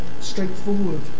straightforward